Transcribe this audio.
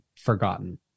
forgotten